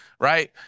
right